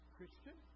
Christian